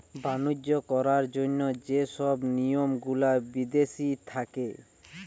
বাণিজ্য করার জন্য যে সব নিয়ম গুলা বিদেশি থাকে